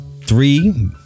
Three